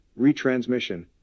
retransmission